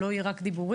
שלא יהיו רק דיבורים,